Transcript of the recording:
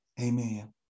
Amen